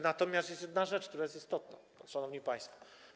Natomiast jest jedna rzecz, która jest istotna, szanowni państwo.